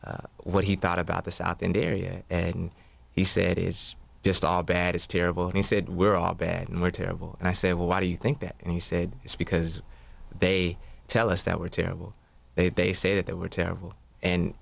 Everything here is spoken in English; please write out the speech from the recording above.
him what he thought about the south in the area and he said it's just all bad is terrible and he said we're all bad and we're terrible and i said well why do you think that and he said it's because they tell us that we're terrible they they say that they were terrible and